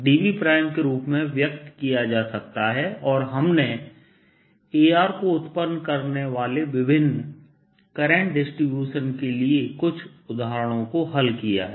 dV के रूप में व्यक्त किया जा सकता हैऔर हमने Ar को उत्पन्न करने वाले विभिन्न करंट डिस्ट्रीब्यूशन के लिए कुछ उदाहरणों को हल किया है